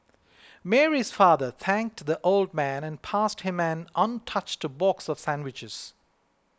Mary's father thanked the old man and passed him an untouched box of sandwiches